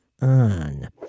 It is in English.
on